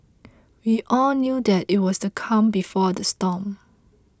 we all knew that it was the calm before the storm